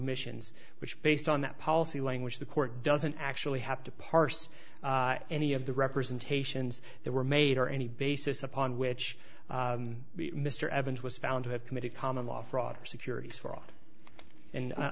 missions which based on that policy language the court doesn't actually have to parse any of the representations they were made or any basis upon which mr evans was found to have committed commonlaw fraud or securities fraud and